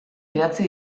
idatzi